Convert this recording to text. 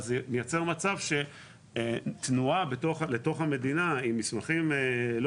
זה מייצר מצב שתנועה לתוך המדינה עם מסמכים לא